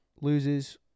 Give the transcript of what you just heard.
loses